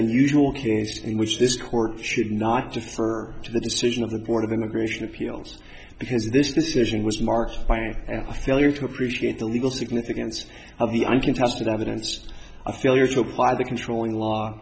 unusual case in which this court should not just for the decision of the board of immigration appeals because this decision was marked by a failure to appreciate the legal significance of the uncontested evidence a failure to apply the controlling law